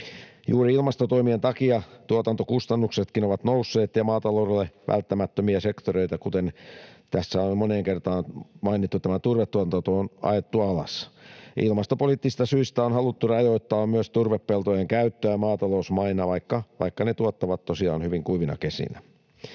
Juuri ilmastotoimien takia tuotantokustannuksetkin ovat nousseet ja maataloudelle välttämättömiä sektoreita, kuten tässä moneen kertaan mainittu turvetuotanto, on ajettu alas. Ilmastopoliittisista syistä on haluttu rajoittaa myös turvepeltojen käyttöä maatalousmaina, vaikka ne tuottavat tosiaan hyvin kuivina kesinä.